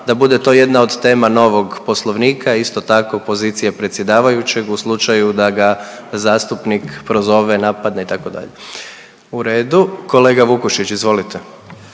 da bude to jedna od tema novog poslovnika isto tako pozicija predsjedavajućeg u slučaju da ga zastupnik prozove, napadne itd.. U redu. Kolega Vukušić izvolite.